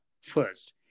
first